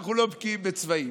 אנחנו לא בקיאים בצבעים.